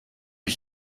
ich